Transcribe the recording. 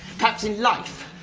perhaps, in life.